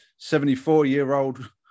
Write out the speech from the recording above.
74-year-old